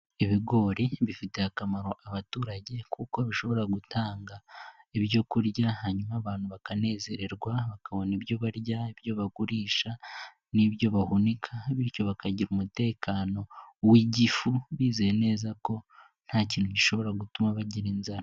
Ibigori bifitiye akamaro abaturage kuko bishobora gutanga ibyo kurya hanyuma abantu bakanezererwa bakabona ibyo barya, ibyo bagurisha, n'ibyo bahunika bityo bakagira umutekano w'igifu bizeye neza ko nta kintu gishobora gutuma bagira inzara.